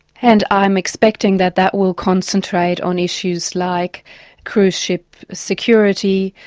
and i'm expecting that that will concentrate on issues like cruise ship security,